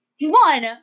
One